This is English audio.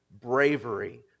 bravery